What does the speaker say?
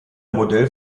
modell